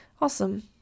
Awesome